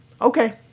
Okay